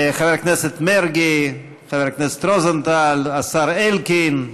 חבר הכנסת מרגי, חבר הכנסת רוזנטל, השר אלקין,